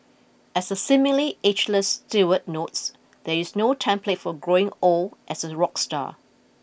as the seemingly ageless Stewart notes there is no template for growing old as a rock star